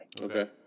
Okay